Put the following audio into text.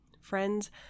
Friends